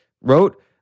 wrote